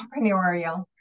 entrepreneurial